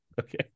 Okay